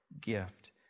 gift